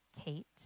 Kate